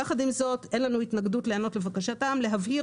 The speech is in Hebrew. יחד עם זאת אין לנו התנגדות להיענות לבקשתם ולהבהיר